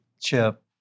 Chip